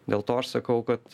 dėl to aš sakau kad